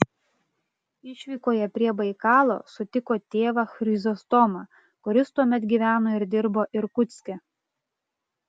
išvykoje prie baikalo sutiko tėvą chrizostomą kuris tuomet gyveno ir dirbo irkutske